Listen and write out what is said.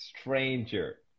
stranger